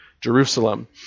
Jerusalem